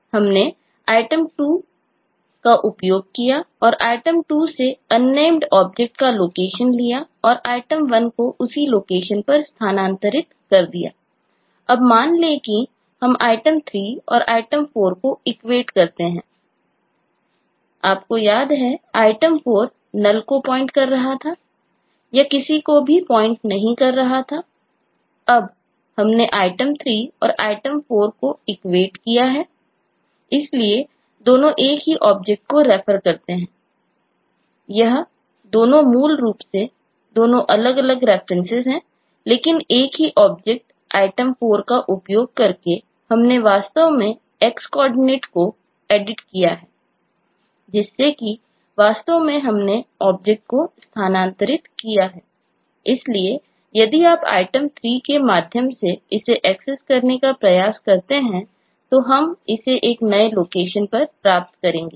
हमने item2 का उपयोग किया और item2 से अननेम्ड ऑब्जेक्ट पर प्राप्त करेंगे